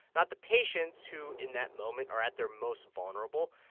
not the patients who, in that moment, are at their most vulnerable,